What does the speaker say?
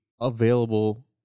available